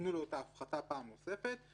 שייתנו לו את ההפחתה פעם נוספת,